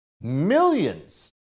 millions